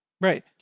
right